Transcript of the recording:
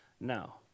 now